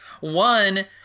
One